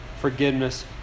forgiveness